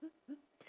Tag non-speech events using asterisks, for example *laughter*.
*laughs*